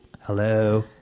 Hello